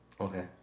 Okay